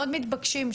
מאוד מתבקשים,